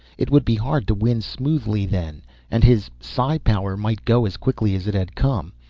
it would be hard to win smoothly then and his psi power might go as quickly as it had come.